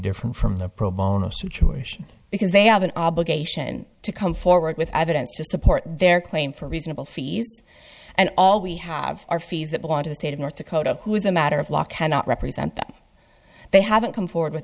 different from the pro bono situation because they have an obligation to come forward with evidence to support their claim for reasonable fees and all we have are fees that want a state of north dakota who is a matter of law cannot represent them they haven't come forward with